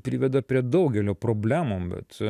priveda prie daugelio problemų bet